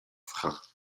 francs